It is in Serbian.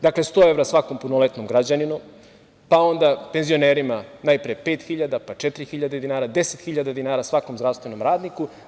Dakle, 100 evra svakom punoletnom građaninu, pa onda penzionerima, najpre pet hiljada, pa četiri hiljade dinara, 10 hiljada dinara svakom zdravstvenom radniku.